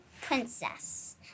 princess